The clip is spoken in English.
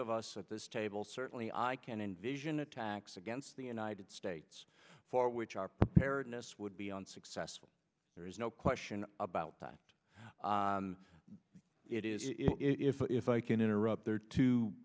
of us at this table certainly i can envision attacks against the united states for which our preparedness would be unsuccessful there is no question about that it is if if i can interrupt there